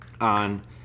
on